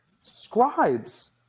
Scribes